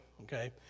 okay